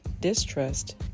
distrust